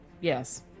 yes